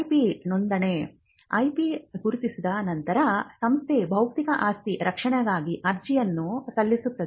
IP ನೋಂದಣಿ IP ಗುರುತಿಸಿದ ನಂತರ ಸಂಸ್ಥೆ ಬೌದ್ಧಿಕ ಆಸ್ತಿ ರಕ್ಷಣೆಗಾಗಿ ಅರ್ಜಿಯನ್ನು ಸಲ್ಲಿಸುತ್ತದೆ